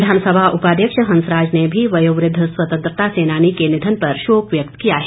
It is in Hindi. विधानसभा उपाध्यक्ष हंसराज ने भी वयोवद्ध स्वतंत्रता सैनानी के निधन पर शोक व्यक्त किया है